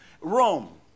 Rome